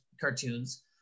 cartoons